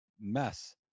mess